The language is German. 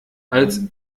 als